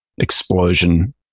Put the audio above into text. explosion